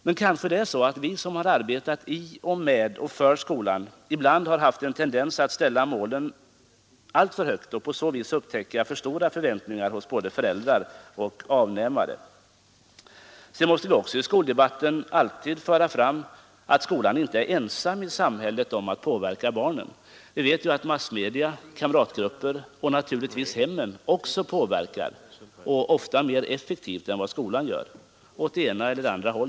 Men kanske är det så att vi som har arbetat i, med och för skolan ibland har haft en tendens att ställa målen alltför högt och på så vis uppväcka för stora förväntningar hos både föräldrar och avnämare. Sedan måste vi också i skoldebatten alltid föra fram att skolan inte är ensam i samhället om att påverka barnen. Vi vet att massmedia, kamratgrupperna och naturligtvis också hemmen påverkar åt ena eller andra hållet, ofta mer effektivt än vad skolan gör.